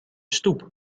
stoep